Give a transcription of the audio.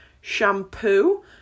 shampoo